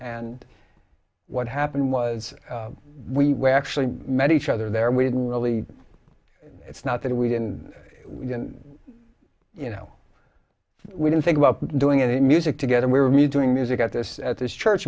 and what happened was we actually met each other there and we didn't really it's not that we didn't we can you know we didn't think about doing any music together we were me doing music at this at this church